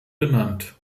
benannt